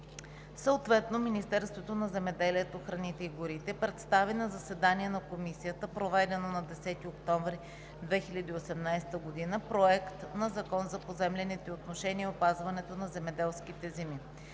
Съответно Министерството на земеделието, храните и горите представи на заседание на Комисията, проведено на 10 октомври 2018 г., Проект на закон за поземлените отношения и опазването на земеделските земи.